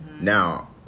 Now